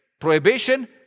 prohibition